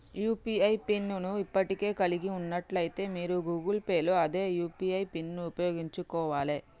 UPI pin ను ఇప్పటికే కలిగి ఉన్నట్లయితే మీరు గూగుల్ పే లో అదే యూ.పీ.ఐ పిన్ను ఉపయోగించుకోవాలే